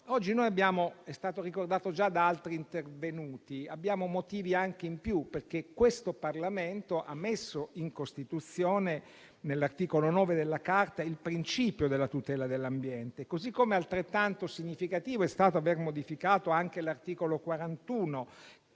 Oggi - come è stato ricordato già da altri intervenuti - abbiamo dei motivi in più, perché questo Parlamento ha messo in Costituzione, nel suo articolo 9, il principio della tutela dell'ambiente. Così come altrettanto significativo è stato aver modificato l'articolo 41,